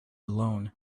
alone